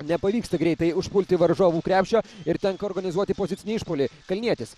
nepavyksta greitai užpulti varžovų krepšio ir tenka organizuoti pozicinį išpuolį kalnietis